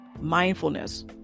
mindfulness